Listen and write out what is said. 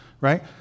right